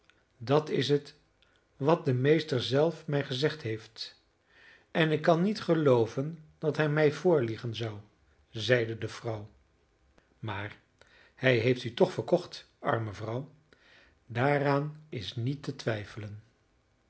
dat is het wat de meester zelf mij gezegd heeft en ik kan niet gelooven dat hij mij voorliegen zou zeide de vrouw maar hij heeft u toch verkocht arme vrouw daaraan is niet te twijfelen